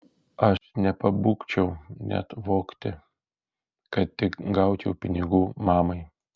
aš nepabūgčiau net vogti kad tik gaučiau pinigų mamai